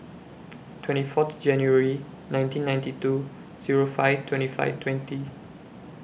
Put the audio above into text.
twenty four January nineteen ninety two Zero five twenty five twenty